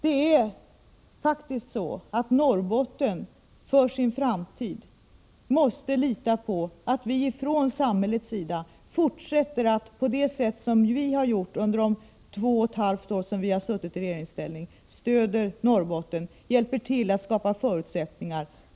Det är faktiskt så att Norrbotten för sin framtid måste lita på att vi ifrån samhällets sida fortsätter, på samma sätt som vi gjort under de två och ett halvt år som vi suttit i regeringsställning, att stödja Norrbotten, att hjälpa och att skapa förutsättningar.